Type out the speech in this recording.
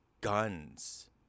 guns